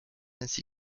ainsi